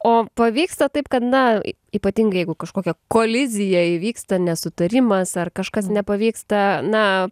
o pavyksta taip kad na ypatingai jeigu kažkokia kolizija įvyksta nesutarimas ar kažkas nepavyksta na